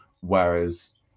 Whereas